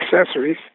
accessories